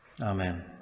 Amen